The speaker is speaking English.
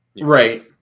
right